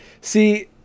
See